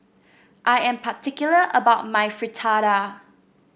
I am particular about my Fritada